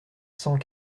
cent